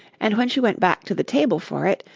and when she went back to the table for it,